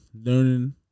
learning